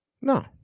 no